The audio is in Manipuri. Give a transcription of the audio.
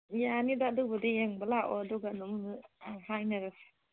ꯌꯥꯅꯤꯗ ꯑꯗꯨꯕꯨꯗꯤ ꯌꯦꯡꯕ ꯂꯥꯛꯑꯣ ꯑꯗꯨꯒ ꯑꯗꯨꯝ ꯍꯥꯏꯅꯔꯁꯤ